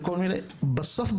בסוף,